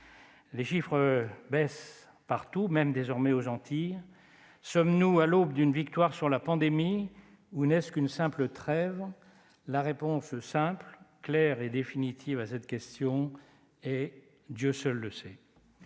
Les chiffres baissent partout, y compris aux Antilles. Sommes-nous à l'aube d'une victoire sur la pandémie ou n'est-ce qu'une simple trêve ? La réponse simple, claire et définitive à cette question est :« Dieu seul le sait.